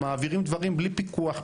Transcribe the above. ומעבירים דברים בלי פיקוח,